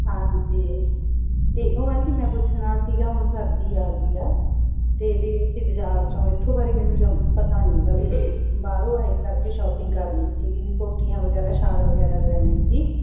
ਹਾਂਜੀ ਅਤੇ ਉਹ ਆਂਟੀ ਮੈਂ ਪੁੱਛਣਾ ਸੀਗਾ ਹੁਣ ਸਰਦੀ ਆ ਗਈ ਆ ਅਤੇ ਵੀ ਬਾਜ਼ਾਰ 'ਚੋਂ ਇਥੋਂ ਬਾਰੇ ਮੈਨੂੰ ਪਤਾ ਨਹੀਂ ਬਾਹਰੋਂ ਆਏ ਕਰਕੇ ਸ਼ੋਪਿੰਗ ਕਰਨੀ ਸੀਗੀ ਕੋਟੀਆਂ ਵਗੈਰਾ ਸ਼ਾਲ ਵਗੈਰਾ ਲੈਣੇ ਸੀ